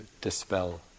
dispel